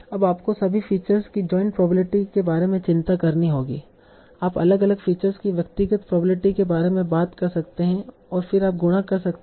अब आपको सभी फीचर्स की जोइंट प्रोबेबिलिटी के बारे में चिंता करनी होगी आप अलग अलग फीचर्स की व्यक्तिगत प्रोबेबिलिटी के बारे में बात कर सकते हैं और फिर आप गुणा कर सकते हैं